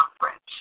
conference